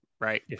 right